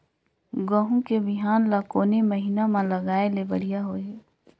गहूं के बिहान ल कोने महीना म लगाय ले बढ़िया होही?